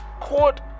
court